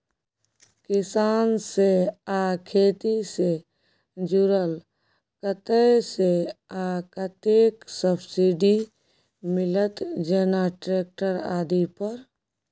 किसान से आ खेती से जुरल कतय से आ कतेक सबसिडी मिलत, जेना ट्रैक्टर आदि पर?